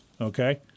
Okay